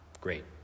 Great